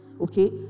Okay